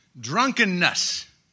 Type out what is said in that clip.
drunkenness